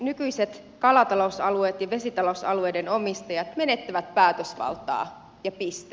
nykyiset kalatalousalueet ja vesitalousalueiden omistajat menettävät päätösvaltaa ja piste